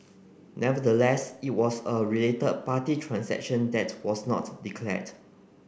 nonetheless it was a related party transaction that was not declared